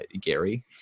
Gary